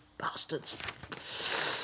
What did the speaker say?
Bastards